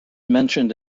mentioned